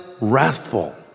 wrathful